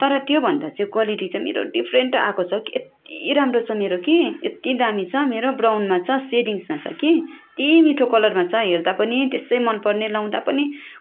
तर त्योभन्दा चाहिँ क्वालिटी चाहिँ मेरो डिफ्रेन्ट आएको छ हौ यत्ति राम्रो छ मेरो कि यति दामी छ मेरो ब्राउनमा छ सेडिङ्समा छ कि यत्ति मिठो कलरमा छ हेर्दा पनि त्यसै मन पर्ने लाउँदा पनि